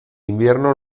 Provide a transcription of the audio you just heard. invierno